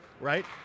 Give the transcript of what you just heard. right